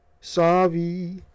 sorry